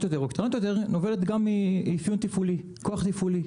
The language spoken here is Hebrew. יותר או קטנות יותר נובעת מכוח תפעולי,